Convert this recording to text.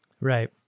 Right